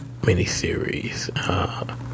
Miniseries